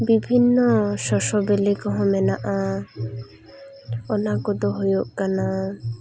ᱵᱤᱵᱷᱤᱱᱱᱚ ᱥᱚᱥᱚ ᱵᱤᱞᱤ ᱠᱚᱦᱚᱸ ᱢᱮᱱᱟᱜᱼᱟ ᱚᱱᱟ ᱠᱚᱫᱚ ᱦᱩᱭᱩᱜ ᱠᱟᱱᱟ